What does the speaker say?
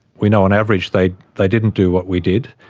we know on average they they didn't do what we did,